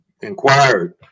inquired